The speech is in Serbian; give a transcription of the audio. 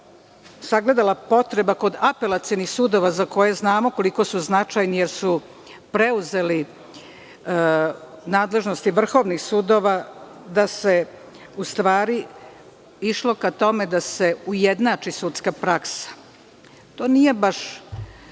sagledala potreba kod apelacionih sudova, za koje znamo koliko su značajni jer su preuzeli nadležnosti vrhovnih sudova, gde se u stvari išlo ka tome da se ujednači sudska praksa. To nije baš